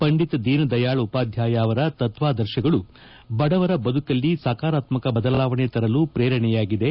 ಪಂಡಿತ್ ದೀನ್ದಯಾಳ್ ಉಪಾಧ್ಯಾಯ ಅವರ ತತ್ವಾದರ್ಶಗಳು ಬಡವರ ಬದುಕಲ್ಲಿ ಸಕಾರಾತ್ಪಕ ಬದಲಾವಣೆ ತರಲು ಪ್ರೇರಣೆಯಾಗಿದೆ